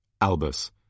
Albus